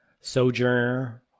sojourner